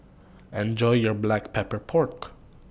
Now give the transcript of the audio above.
Enjoy your Black Pepper Pork